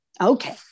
Okay